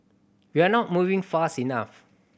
we are not moving fast enough